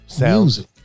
music